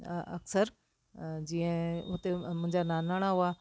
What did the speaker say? अक्सरि जीअं हुते मुंहिंजा नानाड़ा हुआ